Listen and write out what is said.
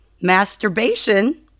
Masturbation